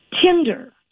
Tinder